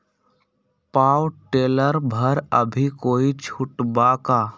Power tiller पर अभी कोई छुट बा का?